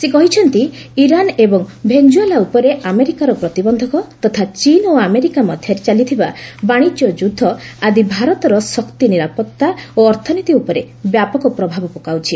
ସେ କହିଛନ୍ତି ଇରାନ୍ ଏବଂ ଭେନେକୁଏଲା ଉପରେ ଆମେରିକାର ପ୍ରତିବନ୍ଧକ ତଥା ଚୀନ୍ ଓ ଆମେରିକା ମଧ୍ୟରେ ଚାଲିଥିବା ବାଣିଜ୍ୟ ଯୁଦ୍ଧ ଆଦି ଭାରତର ଶକ୍ତି ନିରାପତ୍ତା ଓ ଅର୍ଥନୀତି ଉପରେ ବ୍ୟାପକ ପ୍ରଭାବ ପକାଉଛି